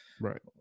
right